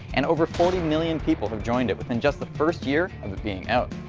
and over forty million people have joined it within just the first year of it being out.